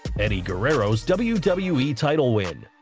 eddie guerrero's wwe wwe title win